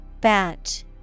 Batch